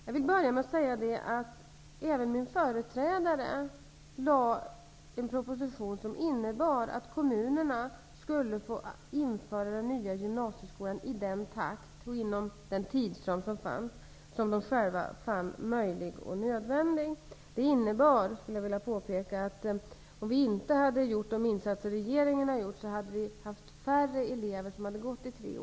Jag vill börja med att säga att även min företrädare lade fram en proposition som innebar att kommunerna, inom den givna tidsramen, skulle få införa den nya gymnasieskolan i den takt de själva fann möjlig och nödvändig. Jag skulle vilja påpeka att om regeringen inte hade gjort de insatser den gjort, hade vi haft färre elever som gått i tre år.